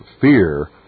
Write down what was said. fear